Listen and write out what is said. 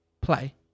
play